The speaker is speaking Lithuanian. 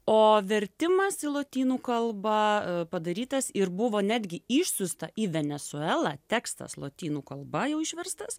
o vertimas į lotynų kalbą padarytas ir buvo netgi išsiųsta į venesuelą tekstas lotynų kalba jau išverstas